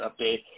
update